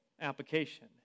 application